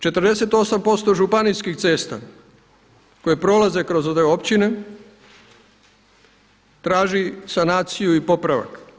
48% županijskih cesta koje prolaze kroz ove općine traži sanaciju i popravak.